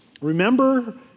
Remember